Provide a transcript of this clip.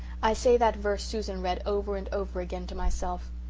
i say that verse susan read over and over again to myself.